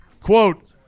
Quote